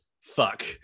fuck